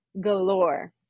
galore